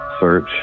search